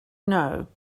know